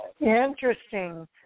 Interesting